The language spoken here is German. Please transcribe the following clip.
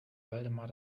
waldemar